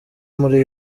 muri